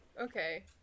Okay